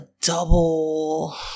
double